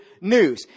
news